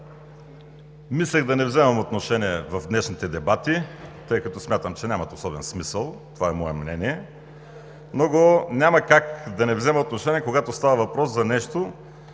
Мислех да не вземам отношение в днешните дебати, тъй като смятам, че нямат особен смисъл – това е мое мнение. Но няма как да не взема отношение, когато става въпрос за нещо,